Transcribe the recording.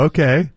Okay